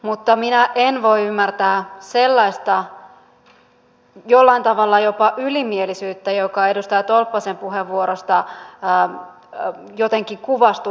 mutta minä en voi ymmärtää sellaista jollain tavalla jopa ylimielisyyttä joka edustaja tolppasen puheenvuorosta jotenkin kuvastui